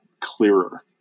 clearer